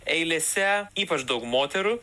eilėse ypač daug moterų